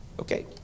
Okay